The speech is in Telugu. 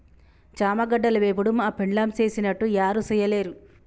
చామగడ్డల వేపుడు మా పెండ్లాం సేసినట్లు యారు సెయ్యలేరు